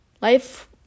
life